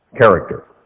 character